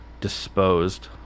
disposed